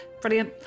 Brilliant